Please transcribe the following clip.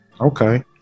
Okay